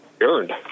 earned